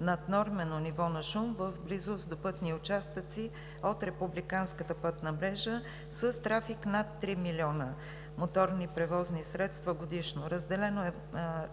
наднормено ниво на шум в близост до пътни участъци от републиканската мрежа с трафик над 3 млн. моторни превозни средства годишно“,